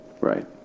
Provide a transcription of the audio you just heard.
Right